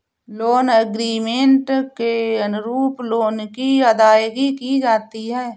loan agreement के अनुरूप loan की अदायगी की जाती है